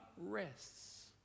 rests